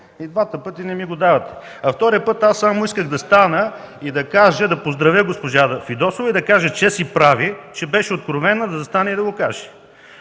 И двата пъти не ми го давате, а втория път аз само исках да стана, да поздравя госпожа Фидосова и да й кажа, че чест й прави, че беше откровена да стане и да го каже.